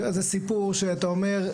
זה סיפור שאתה אומר,